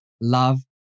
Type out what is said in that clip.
love